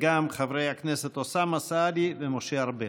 וגם חברי הכנסת אוסאמה סעדי ומשה ארבל.